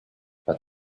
but